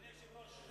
אדוני היושב-ראש,